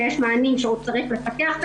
כשיש מענים שעוד צריך לפקח,